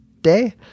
day